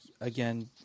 again